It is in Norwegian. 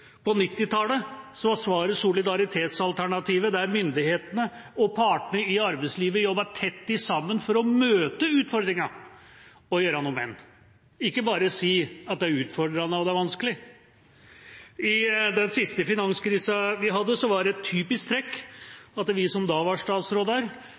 På 1990-tallet var svaret solidaritetsalternativet, der myndighetene og partene i arbeidslivet jobbet tett sammen for å møte utfordringen og gjøre noe med den, ikke bare si at det er utfordrende og vanskelig. I den siste finanskrisa vi hadde, var det et typisk trekk at vi som da var statsråder,